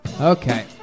Okay